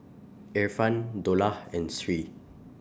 Irfan Dollah and Sri